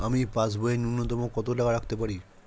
আমি পাসবইয়ে ন্যূনতম কত টাকা রাখতে পারি?